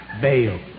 Bail